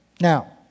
now